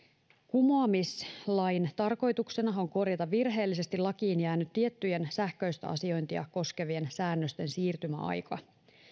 kumoamislain tarkoituksena on korjata virheellisesti lakiin jäänyt tiettyjen sähköistä asiointia koskevien säännösten siirtymäaika